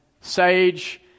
Sage